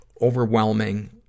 overwhelming